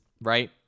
right